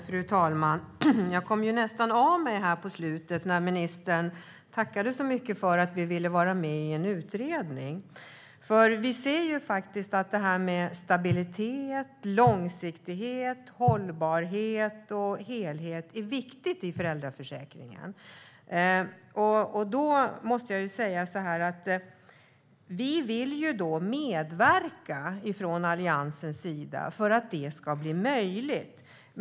Fru talman! Jag kom nästan av mig här på slutet när ministern tackade så mycket för att vi vill vara med i utredningen. Vi ser ju att stabilitet, långsiktighet, hållbarhet och helhet är viktigt i föräldraförsäkringen, och jag måste säga att vi från Alliansens sida vill medverka för att det ska bli möjligt.